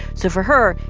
so for her,